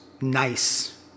nice